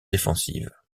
défensive